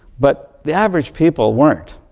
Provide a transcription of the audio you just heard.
but the average people weren't.